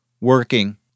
working